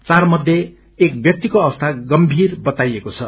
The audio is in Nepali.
चारमध्ये एक व्याक्तिको अवसी गम्भेर बताइएको छ